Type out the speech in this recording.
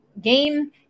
game